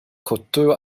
coteau